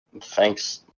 Thanks